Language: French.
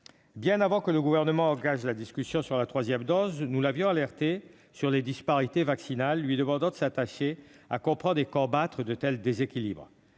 Bien avant que le Gouvernement n'engage la discussion sur la troisième dose, nous l'avions alerté sur les disparités vaccinales en lui demandant de s'attacher à comprendre et combattre de tels déséquilibres.